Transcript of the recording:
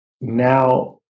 now